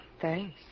Thanks